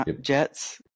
Jets